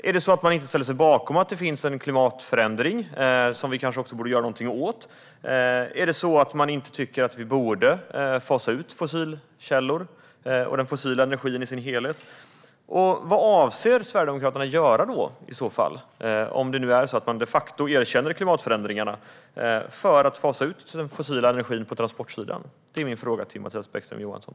Är det så att man inte ställer sig bakom uppfattningen att det sker en klimatförändring som vi kanske också borde göra någonting åt? Är det så att man inte tycker att vi borde fasa ut fossilkällor och den fossila energin i dess helhet? Men om det nu är så att Sverigedemokraterna de facto erkänner klimatförändringarna, vad avser man i så fall att göra för att fasa ut den fossila energin på transportsidan? Det är mina frågor till Mattias Bäckström Johansson.